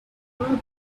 never